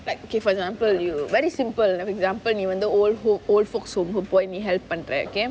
like okay for example you very simple for example நீ வந்து:nee vanthu old folk old folks home போய் நீ:poi nee help பண்ற:pandra can